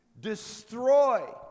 Destroy